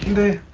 the